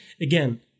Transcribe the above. Again